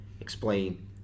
explain